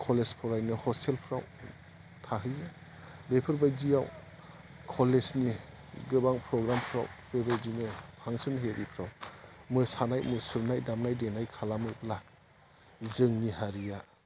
college फरायनो हस्टेलफ्राव थाहैयो बेफोरबायदियाव कलेजनि गोबां प्रग्रामफ्राव बेबायदिनो फांसन हेरिफ्राव मोसानाय मुसुरनाय दामनाय देनाय खालामोब्ला जोंनि हारिया